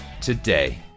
today